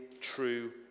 true